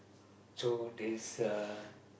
so this uh